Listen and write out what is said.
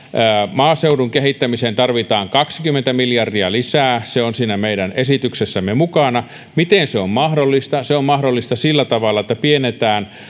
maaseudun kehittämiseen tarvitaan kaksikymmentä miljardia lisää se on siinä meidän esityksessämme mukana miten se on mahdollista se on mahdollista sillä tavalla että hillitään